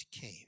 came